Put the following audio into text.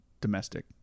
domestic